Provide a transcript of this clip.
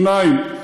שניים,